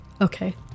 Okay